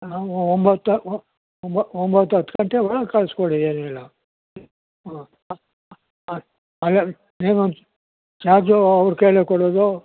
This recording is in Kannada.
ನಾವು ಒಂಬತ್ತು ಒಂಬತ್ತು ಹತ್ತು ಗಂಟೆ ಒಳಗೆ ಕಳಿಸ್ಕೊಡಿ ನೀವೆಲ್ಲ ಹಾಂ ಅಲ್ಲ ನಿಮ್ಮ ಚಾರ್ಜು ಅವ್ರ ಕೈಯಲ್ಲೇ ಕೊಡೋದು